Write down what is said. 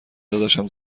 داداشم